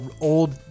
old